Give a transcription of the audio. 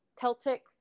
Celtic